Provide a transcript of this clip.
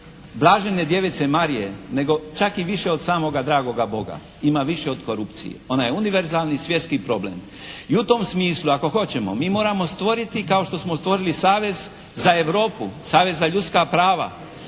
Blažene Djevice Marije nego čak i više od samoga dragoga Boga. Ima više o korupciji. Ona je univerzalni svjetski problem. I u tom smislu ako hoćemo mi moramo stvoriti kao što smo stvorili savez za Europu, savez za ljudska prava